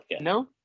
No